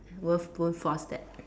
won't won't force that